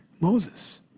Moses